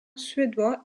suédois